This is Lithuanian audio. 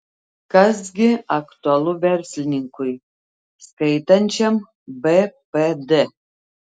kas gi aktualu verslininkui skaitančiam bpd